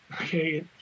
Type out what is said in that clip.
okay